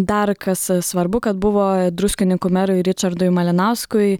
dar kas svarbu kad buvo druskininkų merui ričardui malinauskui